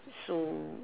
so